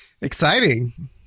exciting